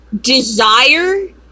desire